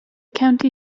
county